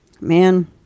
Man